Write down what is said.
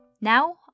Now